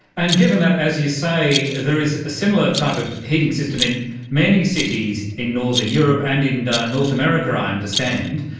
and given that, as you say, there is a similar type of heating system in many cities in northern europe and in and north america, i understand,